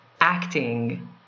acting